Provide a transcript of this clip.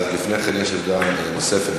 לפני כן יש עמדה נוספת.